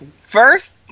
first